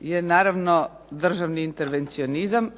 je naravno državni intervencionizam